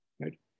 right